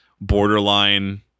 borderline